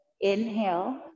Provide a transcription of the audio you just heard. Inhale